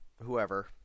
whoever